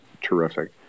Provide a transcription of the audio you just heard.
terrific